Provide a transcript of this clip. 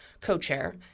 co-chair